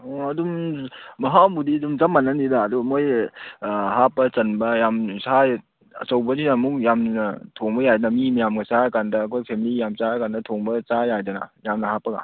ꯑꯣ ꯑꯗꯨꯝ ꯃꯍꯥꯎꯕꯨꯗꯤ ꯑꯗꯨꯝ ꯆꯞ ꯃꯥꯟꯅꯅꯤꯗ ꯑꯗꯨ ꯃꯣꯏ ꯍꯥꯞꯄ ꯆꯟꯕ ꯌꯥꯝꯅ ꯁꯥ ꯑꯆꯧꯕꯗꯤ ꯑꯃꯨꯛ ꯌꯥꯝꯅ ꯊꯣꯡꯕ ꯌꯥꯏꯅ ꯃꯤ ꯃꯌꯥꯝꯒ ꯆꯥꯔꯀꯥꯟꯗ ꯑꯩꯈꯣꯏ ꯐꯦꯃꯂꯤ ꯌꯥꯝ ꯆꯥꯔꯀꯥꯟꯗ ꯊꯣꯡꯕ ꯆꯥ ꯌꯥꯏꯗꯅ ꯌꯥꯝꯅ ꯍꯥꯞꯄꯒ